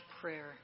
prayer